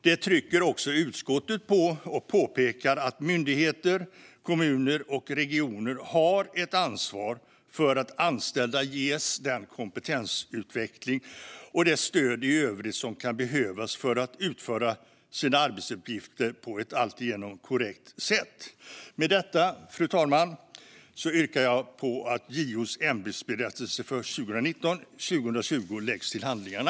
Det trycker också utskottet på och påpekar att myndigheter, kommuner och regioner har ett ansvar för att anställda ges den kompetensutveckling och det stöd i övrigt som kan behövas för att utföra sina arbetsuppgifter på ett alltigenom korrekt sätt. Med detta, fru talman, yrkar jag på att JO:s ämbetsberättelse för 2019-2020 läggs till handlingarna.